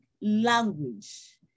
language